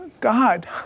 God